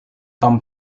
tom